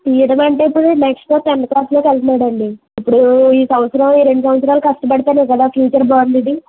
ఏదైనా అంటే ఇప్పుడు నెక్స్టు టెంత్ క్లాస్లోకి వెళ్తున్నాడు అండి ఇప్పుడు ఈ సంవత్సరం ఈ రెండు సంవత్సరాలు కష్టపడితేనే కదా ఫ్యూచర్ బాగుండేది